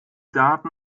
daten